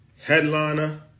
Headliner